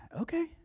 okay